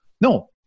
no